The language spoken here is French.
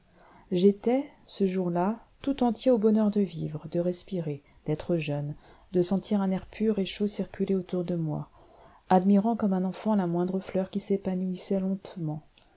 j'étais ce jour-là tout entier au bonheur de vivre de respirer d'être jeune de sentir un air pur et chaud circuler autour de moi admirant comme un enfant la moindre fleur qui s'épanouissait lentement